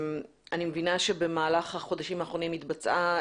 אני מבינה שבמהלך החודשים האחרונים התבצעה